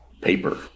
paper